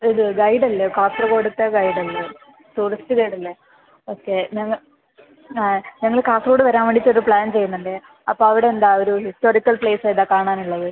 ഇത് ഗൈഡ് അല്ലേ കാസർഗോഡത്തെ ഗൈഡ് അല്ലേ ടൂറിസ്റ്റ് ഗൈഡ് അല്ലേ ഓക്കെ ഞങ്ങൾ ആ ഞങ്ങള് കാസർഗോഡ് വരാൻ വേണ്ടിയിട്ട് ഒരു പ്ലാൻ ചെയ്യുന്നുണ്ട് അപ്പോൾ അവിടെ എന്താ ഒരു ഹിസ്റ്റോറിക്കൽ പ്ലേസ് ഏതാ കാണാൻ ഉള്ളത്